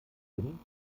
wurden